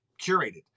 curated